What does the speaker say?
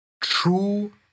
True